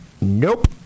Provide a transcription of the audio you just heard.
nope